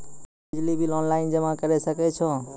आपनौ बिजली bill online जमा करै सकै छौ?